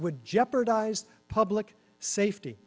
would jeopardize public safety